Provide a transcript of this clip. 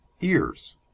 ears